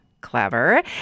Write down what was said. clever